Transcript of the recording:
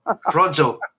Pronto